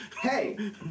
Hey